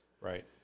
Right